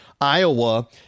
iowa